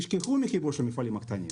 תשכחו מחיבור של המפעלים הקטנים.